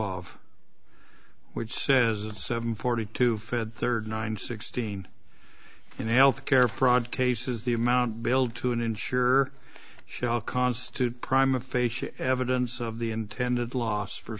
of which says of seven forty two fed thirty nine sixteen and health care fraud cases the amount billed to insure shall constitute prime a facia evidence of the intended loss for